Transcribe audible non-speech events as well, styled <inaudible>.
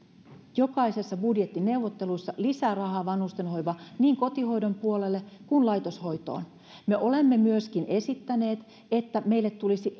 jokaisessa budjettineuvottelussa lisää rahaa vanhusten hoivaan niin kotihoidon puolelle kuin laitoshoitoon me olemme myöskin esittäneet että meille tulisi <unintelligible>